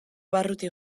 barruti